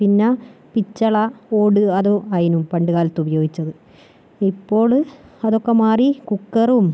പിന്നെ പിച്ചള ഓട് അതും അതിന് പണ്ട് കാലത്ത് ഉപയോഗിച്ചത് ഇപ്പോള് അതൊക്കെ മാറി കുക്കറും